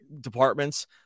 departments